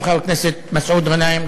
גם חבר הכנסת מסעוד גנאים,